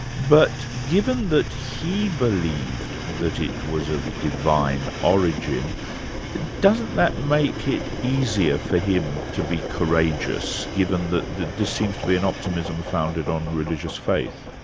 but given that he believed that it was of divine origin doesn't that make it easier for him to be courageous, given that this seems to be an optimism founded on religious faith?